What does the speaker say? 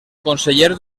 conseller